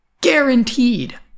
Guaranteed